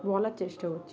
বলার চেষ্টা করছি